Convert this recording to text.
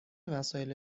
وسایل